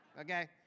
okay